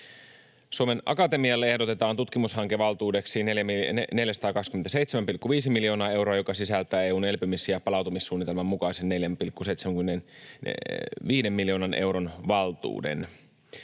Suomen Akatemialle ehdotetaan tutkimushankevaltuudeksi 427,5 miljoonaa euroa, joka sisältää EU:n elpymis- ja palautumissuunnitelman mukaisen 4,75 miljoonan euron valtuuden.